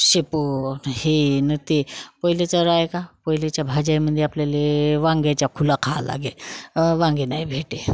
शेपू हे न ते पहिलेचा राहि का पहिलेच्या भाज्यामध्ये आपल्याला वांग्याच्या फूलं खावी लागे वांगे नाही भेटे